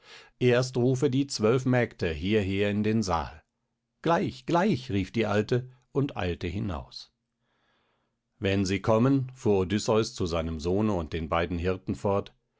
erst rufe die zwölf mägde hierher in den saal gleich gleich rief die alte und eilte hinaus wenn sie kommen fuhr odysseus zu seinem sohne und den beiden hirten fort